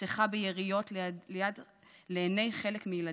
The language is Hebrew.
נרצחה ביריות לעיני חלק מילדיה,